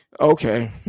okay